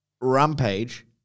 Rampage